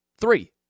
Three